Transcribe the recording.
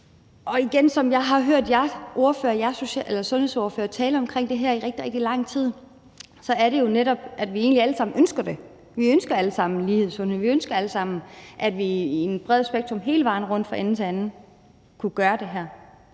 Og igen: Som jeg har hørt jer sundhedsordførere tale omkring det her i rigtig, rigtig lang tid, er det jo egentlig netop sådan, at vi alle sammen ønsker lighed i sundhed; vi ønsker alle sammen, at vi i et bredt spektrum hele vejen rundt fra ende til anden kunne gøre det her.